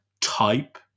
type